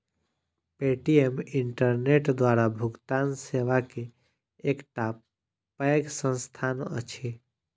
Paytm internet द्वारा भुगतान सेवा के एकटा पैघ संस्थान अछि